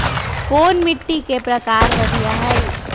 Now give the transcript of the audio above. कोन मिट्टी के प्रकार बढ़िया हई?